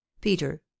Peter